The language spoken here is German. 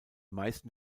meisten